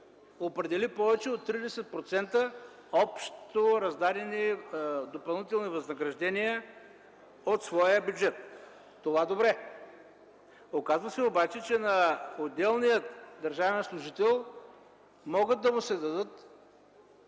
определи повече от 30% общо раздадени допълнителни възнаграждения от своя бюджет. Това – добре. Оказа се обаче, че на отделния държавен служител могат на практика да